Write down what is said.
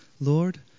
Lord